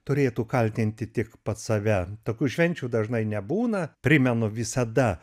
turėtų kaltinti tik pats save tokių švenčių dažnai nebūna primenu visada